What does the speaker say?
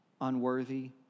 unworthy